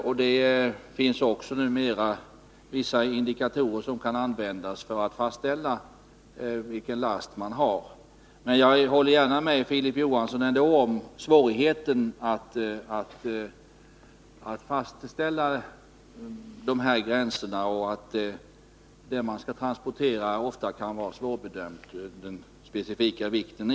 Jag vill också nämna att det numera finns indikatorer, som kan användas för att fastställa vilken last man har. Jag håller ändå gärna med Filip Johansson om att det finns svårigheter att fastställa gränserna och att det man skall transportera ofta kan vara svårbedömbart med avseende på den specifika vikten.